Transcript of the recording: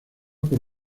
por